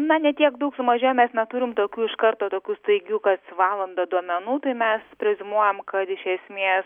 na ne tiek daug sumažėjo mes neturim tokių iš karto tokių staigių kas valandą duomenų tai mes preziumuojam kad iš esmės